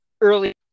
early